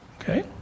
Okay